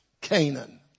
Canaan